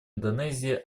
индонезии